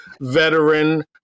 veteran